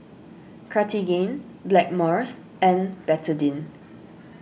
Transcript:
Cartigain Blackmores and Betadine